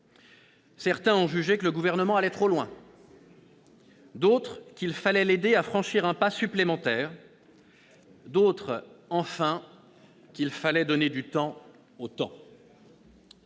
Certains ont jugé que le Gouvernement allait trop loin ; d'autres qu'il fallait l'aider à franchir un pas supplémentaire ; d'autres, enfin, qu'il fallait donner du temps au temps.